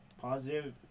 Positive